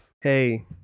hey